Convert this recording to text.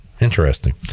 Interesting